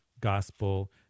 Gospel